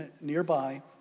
nearby